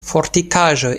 fortikaĵoj